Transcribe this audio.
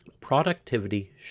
Productivity